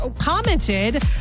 commented